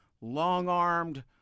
long-armed